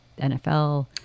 nfl